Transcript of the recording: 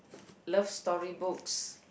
love story books